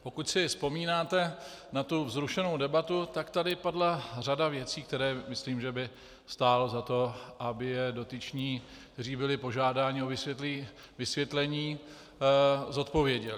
Pokud si vzpomínáte na vzrušenou debatu, tak tady padla řada věcí, které myslím, že by stálo za to, aby je dotyční, kteří byli požádáni o vysvětlení, zodpověděli.